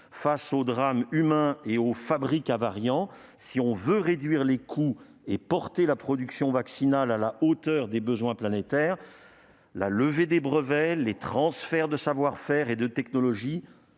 Face aux drames humains et aux fabriques à variants, si l'on veut réduire les coûts et porter la production vaccinale à la hauteur des besoins planétaires, la levée des brevets et les transferts de savoir-faire et de technologies